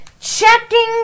checking